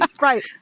Right